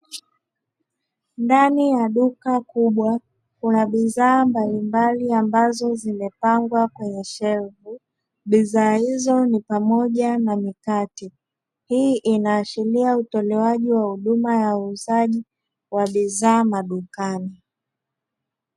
Ndani ya duka kubwa, kuna bidhaa mbalimbali ambazo zimepangwa kwenye shelfu. Bidhaa hizo ni pamoja na mikate. Hii inaashiria utolewaji wa huduma ya uuzaji wa bidhaa madukani.